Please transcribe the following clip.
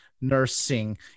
nursing